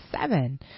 seven